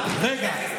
רגע.